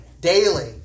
daily